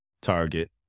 Target